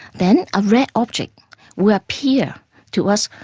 then a red object will appear to us,